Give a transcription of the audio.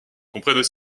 comprennent